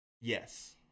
Yes